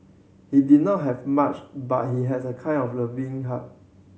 he did not have much but he has a kind of loving heart